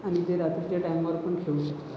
आणि ते रात्रीच्या टाईमावर पण खेळू शकतात